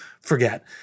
forget